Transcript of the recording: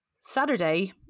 Saturday